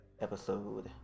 episode